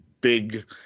big